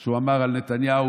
שהוא אמר על נתניהו,